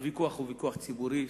הוויכוח הוא ויכוח ציבורי,